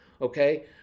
okay